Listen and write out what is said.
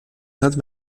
sainte